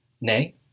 Nay